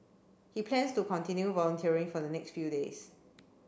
he plans to continue volunteering for the next few days